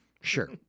Sure